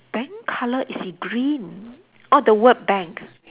bank color is in green orh the word bank